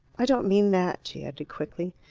i don't mean that, she added quickly.